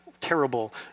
terrible